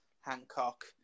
Hancock